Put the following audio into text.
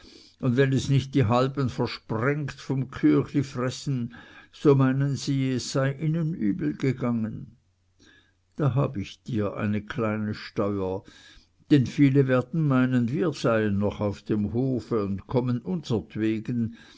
und wenn es nicht die halben versprengt vom küchlifressen so meinen sie es sei ihnen übel gegangen da habe ich dir eine kleine steuer denn viele werden meinen wir seien noch auf dem hofe und kommen unsertwegen